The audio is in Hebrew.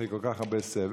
אחרי כל כך הרבה סבל.